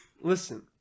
listen